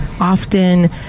Often